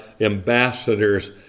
ambassadors